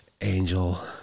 Angel